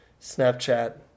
Snapchat